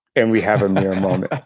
and we have a mirror moment.